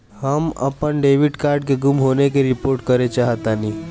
हम अपन debit card के गुम होने की रिपोर्ट करे चाहतानी